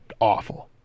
awful